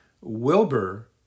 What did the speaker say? Wilbur